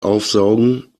aufsaugen